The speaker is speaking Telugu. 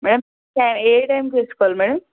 మేడం ఏ టైంకి వేసుకోవాలి మేడం